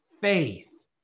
faith